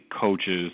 coaches